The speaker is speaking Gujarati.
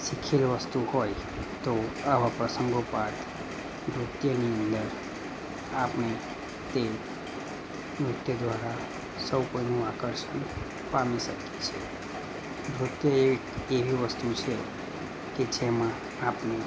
શીખેલ વસ્તુ હોય તો આવા પ્રસંગોપાત નૃત્યની અંદર આપણે તે નૃત્ય દ્વારા સૌ કોઈનું આકર્ષણ પામી શકીએ છે નૃત્ય એક એવી વસ્તુ છે કે જેમાં આપણે